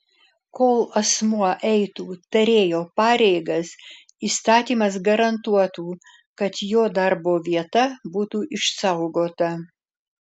kol asmuo eitų tarėjo pareigas įstatymas garantuotų kad jo darbo vieta būtų išsaugota